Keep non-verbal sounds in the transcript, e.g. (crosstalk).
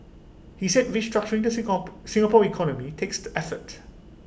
he said restructuring the (unintelligible) Singapore economy takes (unintelligible) effort